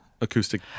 Acoustic